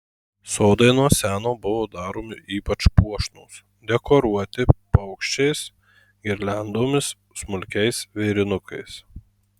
sodai nuo seno buvo daromi ypač puošnūs dekoruoti paukščiais girliandomis smulkiais vėrinukais